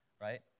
right